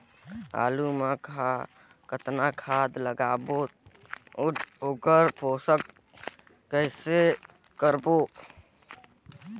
आलू मा कतना खाद लगाबो अउ ओकर पोषण कइसे करबो?